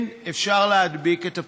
כן, אפשר להדביק את הפער.